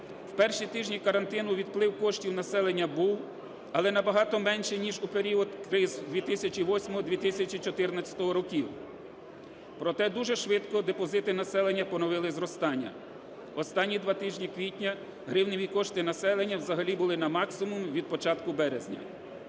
В перші тижні карантину відплив коштів населення був, але набагато менший, ніж у період криз 2008-2014 років. Проте дуже швидко депозити населення поновили зростання. В останні два тижні квітня гривневі кошти населення взагалі були на максимумі від початку березня.